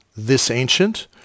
ThisAncient